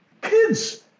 kids